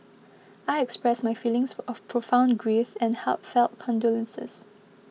I express my feelings of profound grief and heartfelt condolences